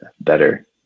better